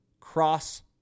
cross